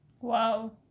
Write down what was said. Wow